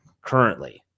currently